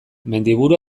mendiburu